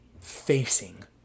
facing